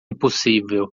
impossível